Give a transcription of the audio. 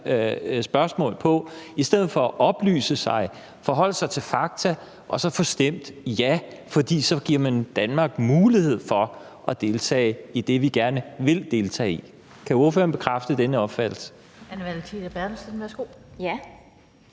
spørgsmål på i stedet for at oplyse sig og forholde sig til fakta og så få stemt ja. For så giver man Danmark mulighed for at deltage i det, vi gerne vil deltage i. Kan ordføreren bekræfte denne opfattelse?